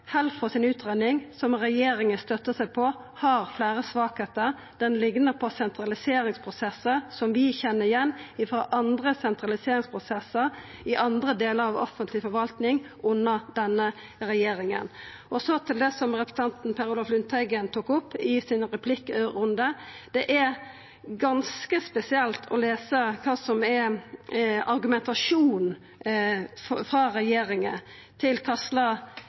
som regjeringa støttar seg på, har fleire svakheiter. Ho liknar på sentraliseringsprosessar i andre delar av offentleg forvaltning under denne regjeringa. Så til det som representanten Per Olaf Lundteigen tok opp i replikkrunden: Det er ganske spesielt å lesa kva som er argumentasjonen frå regjeringa for kva plassar Helfo har valt ut. Dei har ingen føresetnader for å føreslå når dei legg til